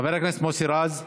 חבר הכנסת מוסי רז.